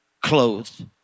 clothed